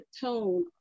tone